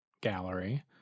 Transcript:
gallery